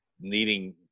needing